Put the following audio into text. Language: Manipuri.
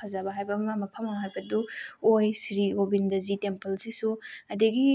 ꯐꯖꯕ ꯍꯥꯏꯕ ꯑꯃ ꯃꯐꯝ ꯑꯃ ꯍꯥꯏꯕꯗꯨ ꯑꯣꯏ ꯁꯤꯔꯤ ꯒꯣꯕꯤꯟꯗꯖꯤ ꯇꯦꯝꯄꯜꯁꯤꯁꯨ ꯑꯗꯒꯤ